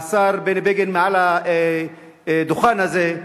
השר בני בגין, מעל הדוכן הזה,